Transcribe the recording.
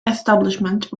establishment